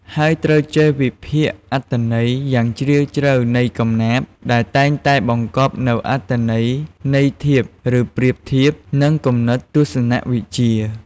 ហើយត្រូវចេះ វិភាគអត្ថន័យយ៉ាងជ្រាលជ្រៅ នៃកំណាព្យដែលតែងតែបង្កប់នូវអត្ថន័យន័យធៀប ឬប្រៀបធៀប និងគំនិតទស្សនវិជ្ជា។